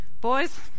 boys